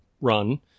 run